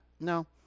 no